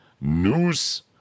news